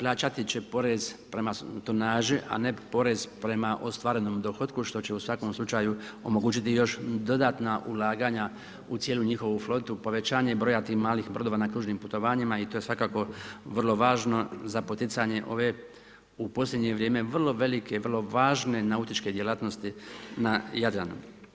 Plaćati će porez prema tonaži a ne porez prema ostvarenom dohotku što će u svakom slučaju omogućiti još dodatna ulaganja u cijelu njihovu flotu, povećanje broja tih malih brodova na kružnim putovanjima i to je svakako vrlo važno za poticanje ove, u posljednje vrijeme vrlo velike i vrlo važne nautičke djelatnosti na Jadranu.